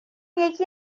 یکی